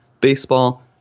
Baseball